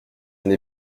n’ai